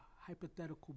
hypothetical